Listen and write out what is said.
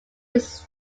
his